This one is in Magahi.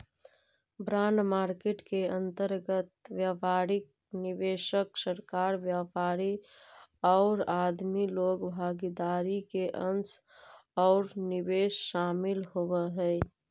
बॉन्ड मार्केट के अंतर्गत व्यापारिक निवेशक, सरकार, व्यापारी औउर आदमी लोग भागीदार के अंश औउर निवेश शामिल होवऽ हई